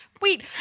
Wait